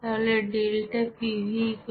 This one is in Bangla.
তাহলে ডেল্টা pV nRT